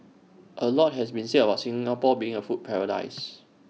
A lot has been said about Singapore being A food paradise